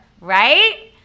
right